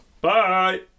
Bye